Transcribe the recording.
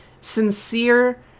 sincere